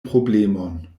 problemon